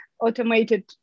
automated